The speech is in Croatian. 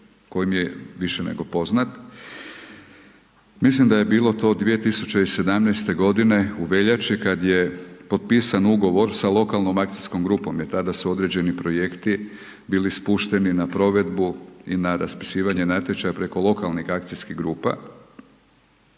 koji je više nego poznat, mislim da je bilo to 2017. godine u veljači, kad je potpisan ugovor sa lokalnom akcijskom grupom, jer tada su određeni projekti bili spušteni na provedbu i na raspisivanje natječaja preko lokalnih akcijskih grupa,